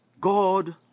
God